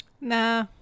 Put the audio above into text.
Nah